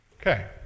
Okay